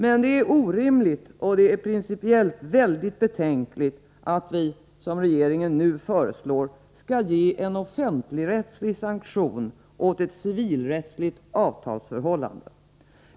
Men det är orimligt och principiellt mycket betänkligt att vi, som regeringen nu föreslår, skall ge offentligrättslig sanktion åt ett civilrättsligt avtalsförhållande.